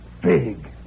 Big